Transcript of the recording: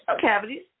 cavities